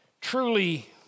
truly